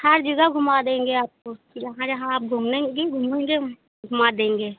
हाँ जी सब घुमा देंगे आपको जहाँ जहाँ आप घूमेंगे घूमेंगे वहाँ घुमा देंगे